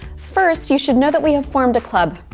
first, you should know that we have formed a club.